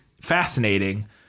fascinating